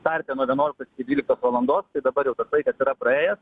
tarpe nuo vienuoliktos dvyliktos valandos dabar jau tas laikas yra praėjęs